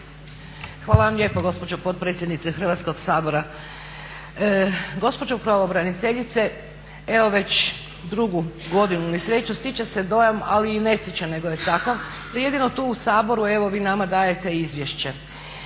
Hvala vam lijepo gospođo potpredsjednice Hrvatskoga sabora. Gospođo pravobreniteljice, evo već drugu godinu ili treću stiče se dojam ali i ne stiče nego je takav, da jedino tu u Saboru evo vi nama dajete izvješće.